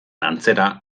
antzera